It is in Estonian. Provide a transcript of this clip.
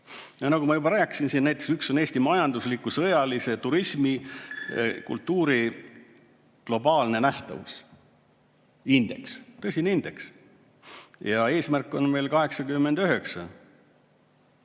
Nagu ma juba rääkisin siin, näiteks üks on Eesti majandusliku, sõjalise, turismi, kultuuri globaalne nähtavus. Indeks, tõsine indeks. Ja eesmärk on meil 89,